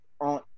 on